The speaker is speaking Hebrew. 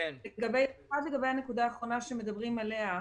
רק לגבי הנקודה האחרונה שמדברים עליה,